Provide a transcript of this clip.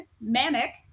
manic